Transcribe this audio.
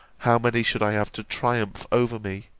how many should i have to triumph over me,